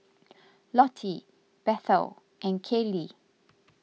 Lottie Bethel and Kallie